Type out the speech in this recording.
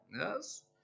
Yes